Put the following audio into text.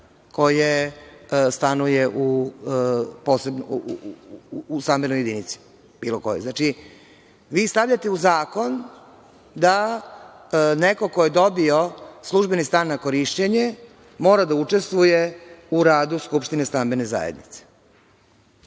koje stanuje u stambenoj jedinici? Vi stavljate u zakon da neko ko je dobio službeni stan na korišćenje mora da učestvuje u radu skupštine stambene zajednice.